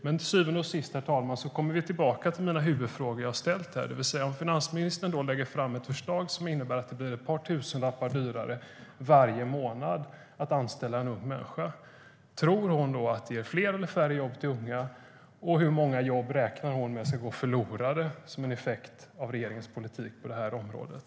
Men till syvende och sist, herr talman, kommer vi tillbaka till den huvudfråga som jag har ställt. Om finansministern lägger fram ett förslag som innebär att det ska bli ett par tusenlappar dyrare varje månad att anställa en ung människa, tror hon då att det ger fler eller färre jobb till unga? Och hur många jobb beräknar hon ska gå förlorade som en effekt av regeringens politik på det här området?